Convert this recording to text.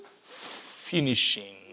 finishing